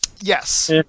yes